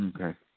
Okay